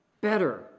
better